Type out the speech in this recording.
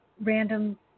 random